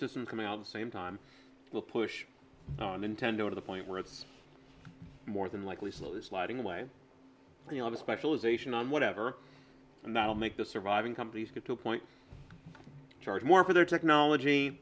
systems come out the same time will push on intended to the point where it's more than likely slowly sliding away you know the specialization on whatever and that will make the surviving companies get to a point charge more for their technology